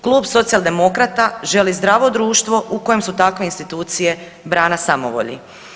Klub Socijaldemokrata želi zdravo društvo u kojem su takve institucije brana samovolji.